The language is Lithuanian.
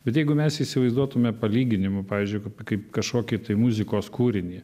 bet jeigu mes įsivaizduotume palyginimų pavyzdžiui kaip kažkokį tai muzikos kūrinį